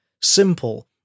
simple